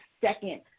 second